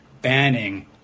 banning